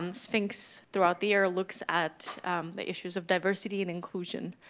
um sphinx throughout the year looks at the issue of diversity and inclusion,